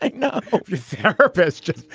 like no purpose just